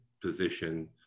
position